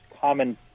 common